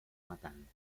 matant